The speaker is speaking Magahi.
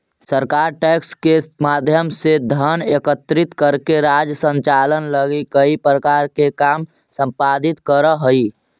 सरकार टैक्स के माध्यम से धन एकत्रित करके राज्य संचालन लगी कई प्रकार के काम संपादित करऽ हई